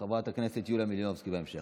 חברת הכנסת יוליה מלינובסקי בהמשך.